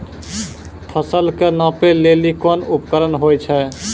फसल कऽ नापै लेली कोन उपकरण होय छै?